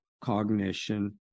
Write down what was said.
cognition